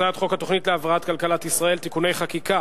הצעת חוק התוכנית להבראת כלכלת ישראל (תיקוני חקיקה